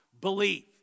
believe